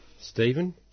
Stephen